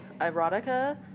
erotica